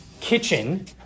kitchen